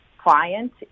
client